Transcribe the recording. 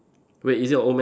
wait is it a old man